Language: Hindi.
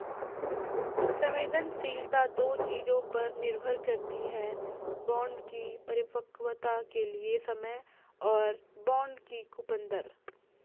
संवेदनशीलता दो चीजों पर निर्भर करती है बॉन्ड की परिपक्वता के लिए समय और बॉन्ड की कूपन दर